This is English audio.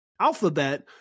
Alphabet